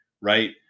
right